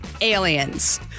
Aliens